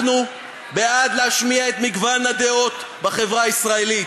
אנחנו בעד להשמיע את מגוון הדעות בחברה הישראלית.